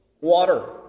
water